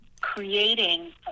creating